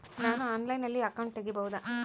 ನಾನು ಆನ್ಲೈನಲ್ಲಿ ಅಕೌಂಟ್ ತೆಗಿಬಹುದಾ?